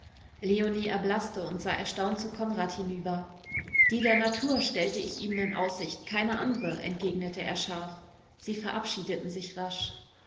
leonie erblaßte und sah erstaunt zu konrad hinüber die der natur stellte ich ihnen in aussicht keine andere entgegnete er scharf sie verabschiedeten sich rasch